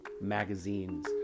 Magazines